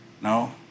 No